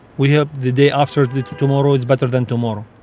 we hope the day after tomorrow is better than tomorrow.